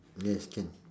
yes can